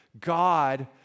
God